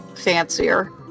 fancier